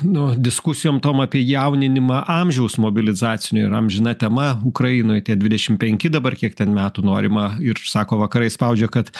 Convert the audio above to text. nu diskusijom tom apie jauninimą amžiaus mobilizacinio ir amžina tema ukrainoj tie dvidešim penki dabar kiek ten metų norima ir sako vakarai spaudžia kad